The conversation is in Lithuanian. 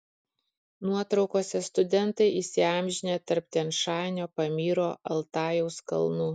nuotraukose studentai įsiamžinę tarp tian šanio pamyro altajaus kalnų